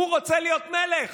הוא רוצה להיות מלך,